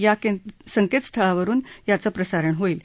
या संकेतस्थळावरुन याचं प्रसारण होईल